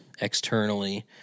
externally